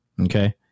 Okay